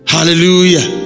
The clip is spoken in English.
Hallelujah